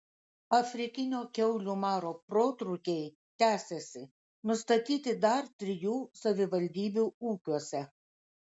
afrikinio kiaulių maro protrūkiai tęsiasi nustatyti dar trijų savivaldybių ūkiuose